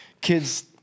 kids